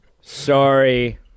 Sorry